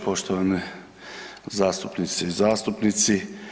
Poštovane zastupnice i zastupnici.